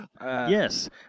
Yes